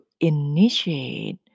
initiate